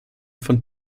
von